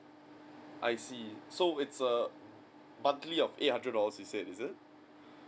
I see so it's a monthly of eight hundred dollars you said is it